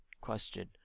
question